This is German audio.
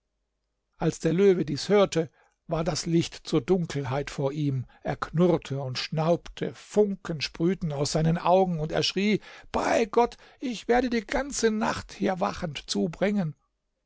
als der löwe dies hörte war das licht zur dunkelheit vor ihm er knurrte und schnaubte funken sprühten aus seinen augen und er schrie bei gott ich werde die ganze nacht hier wachend zubringen